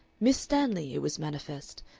miss stanley, it was manifest,